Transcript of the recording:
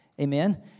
Amen